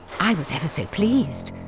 i was ever so pleased.